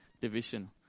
division